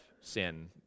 sin